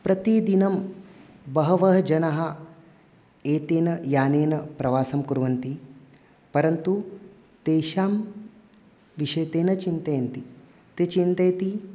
प्रतिदिनं बहवः जनाः एतेन यानेन प्रवासं कुर्वन्ति परन्तु तेषां विषये ते न चिन्तयन्ति ते चिन्तयन्ति